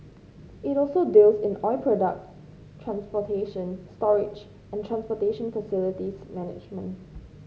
it also deals in oil product transportation storage and transportation facilities management